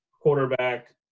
quarterback